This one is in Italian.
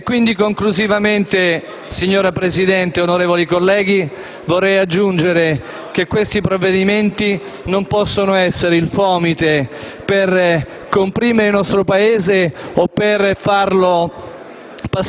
Quindi, conclusivamente, signora Presidente e onorevoli colleghi, vorrei aggiungere che questi provvedimenti non possono essere il fomite per comprimere il nostro Paese o per farlo